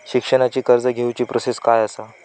शिक्षणाची कर्ज घेऊची प्रोसेस काय असा?